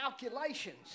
calculations